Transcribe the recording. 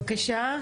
בבקשה.